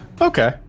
Okay